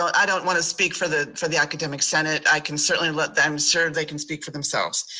i don't wanna speak for the for the academic senate. i can certainly let them serve, they can speak for themselves.